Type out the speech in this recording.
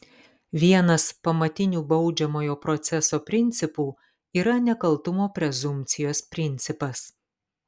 vienas pamatinių baudžiamojo proceso principų yra nekaltumo prezumpcijos principas